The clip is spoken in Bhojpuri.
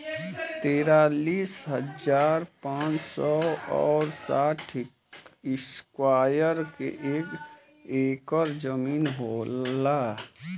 तिरालिस हजार पांच सौ और साठ इस्क्वायर के एक ऐकर जमीन होला